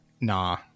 nah